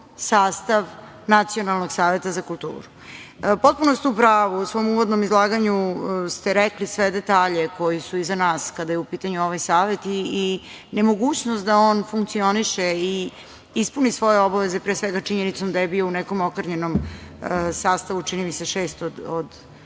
sastav Nacionalnog saveta za kulturu. Potpuno ste u pravu, u svom uvodnom izlaganju ste rekli sve detalje koji su iza nas kada je u pitanju ovaj savet i nemogućnost da on funkcioniše i ispuni svoje obaveze, pre svega činjenicom da je bio u nekom okrnjenom sastavu, čini mi se 600 od,